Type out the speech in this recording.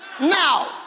now